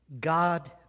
God